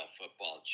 football